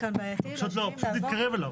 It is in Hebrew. שינויים.